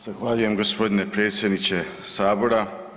Zahvaljujem gospodine predsjedniče Sabora.